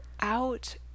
out